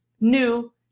new